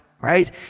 right